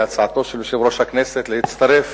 להצעתו של יושב-ראש הכנסת להצטרף